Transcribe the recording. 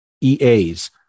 EAs